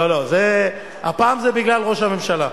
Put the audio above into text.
לא, לא, הפעם זה בגלל ראש הממשלה.